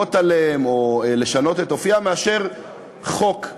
להגות עליהן או לשנות את אופיין מאשר חוק.